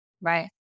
Right